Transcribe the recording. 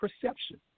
perception